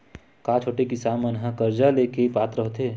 का छोटे किसान मन हा कर्जा ले के पात्र होथे?